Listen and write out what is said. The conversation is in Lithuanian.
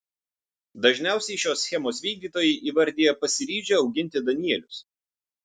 dažniausiai šios schemos vykdytojai įvardija pasiryžę auginti danielius